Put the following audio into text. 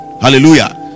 hallelujah